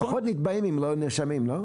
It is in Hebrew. לפחות נתבעים אם לא נאשמים, לא?